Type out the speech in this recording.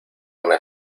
una